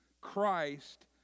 Christ